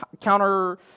counter